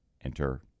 Enter